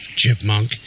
chipmunk